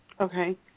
Okay